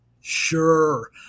Sure